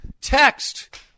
text